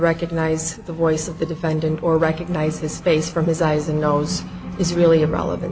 recognize the voice of the defendant or recognize his face from his eyes and nose is really irrelevant